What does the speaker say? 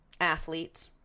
athlete